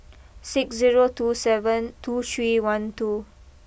six zero two seven two three one two